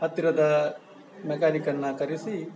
ಹತ್ತಿರದ ಮೆಕ್ಯಾನಿಕ್ಕನ್ನು ಕರೆಸಿ